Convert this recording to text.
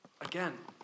Again